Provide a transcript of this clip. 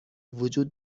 وجود